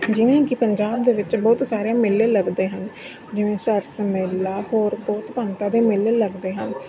ਜਿਵੇਂ ਕਿ ਪੰਜਾਬ ਦੇ ਵਿੱਚ ਬਹੁਤ ਸਾਰੇ ਮੇਲੇ ਲੱਗਦੇ ਹਨ ਜਿਵੇਂ ਸਰਸ ਮੇਲਾ ਹੋਰ ਬਹੁਤ ਭਿੰਨਤਾ ਦੇ ਮੇਲੇ ਲੱਗਦੇ ਹਨ